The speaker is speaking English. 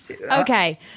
Okay